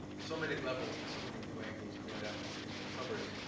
so many levels and so many new angles brought out between the covers.